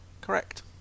correct